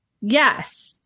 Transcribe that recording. yes